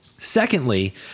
Secondly